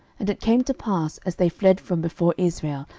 and it came to pass, as they fled from before israel,